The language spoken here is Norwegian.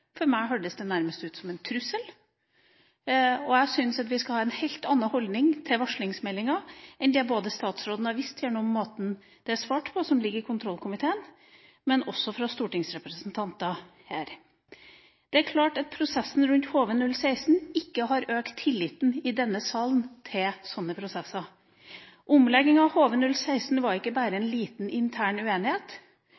For meg hørtes det nærmest ut som en trussel. Jeg syns vi skal ha en helt annen holdning til varslingsmeldinga enn det statsråden har vist gjennom måten det er svart på – det som ligger i kontrollkomiteen – og også som stortingsrepresentanter her har vist. Det er klart at prosessen rundt HV-016 ikke har økt tilliten i denne salen til sånne prosesser. Omlegging av HV-016 var ikke bare